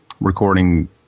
recording